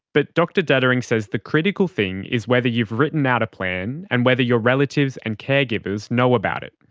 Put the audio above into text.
but dr detering says the critical thing is whether you've written out a plan and whether your relatives and caregivers know about it.